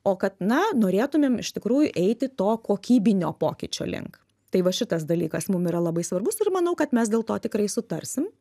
o kad na norėtumėm iš tikrųjų eiti to kokybinio pokyčio link tai va šitas dalykas mum yra labai svarbus ir manau kad mes dėl to tikrai sutarsim